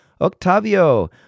Octavio